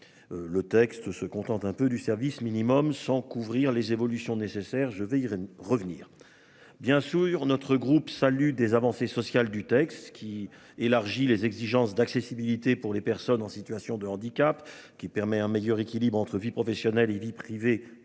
Le texte se contente un peu du service minimum 100 couvrir les évolutions nécessaires. Je vais y revenir. Bien sûr, notre groupe salue des avancées sociales du texte qui élargit les exigences d'accessibilité pour les personnes en situation de handicap qui permet un meilleur équilibre entre vie professionnelle et vie privée des